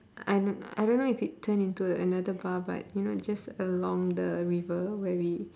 I don't I don't know if it turned into another bar but you know just along the river where we